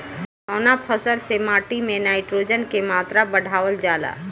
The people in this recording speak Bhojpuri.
कवना फसल से माटी में नाइट्रोजन के मात्रा बढ़ावल जाला?